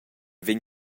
vegn